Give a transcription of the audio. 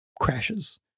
crashes